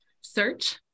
search